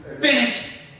Finished